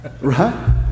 Right